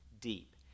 deep